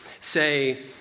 say